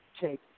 take